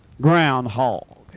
Groundhog